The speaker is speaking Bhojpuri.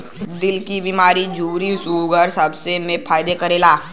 दिल क बीमारी झुर्री सूगर सबे मे फायदा करेला